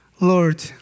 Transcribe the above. Lord